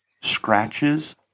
scratches